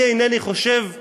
אני אינני חושב כך,